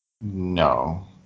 no